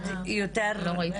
אחד יותר קטן,